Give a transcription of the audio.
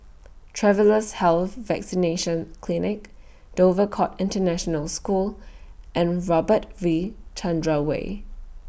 Travellers' Health Vaccination Clinic Dover Court International School and Robert V Chandran Way